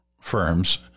firms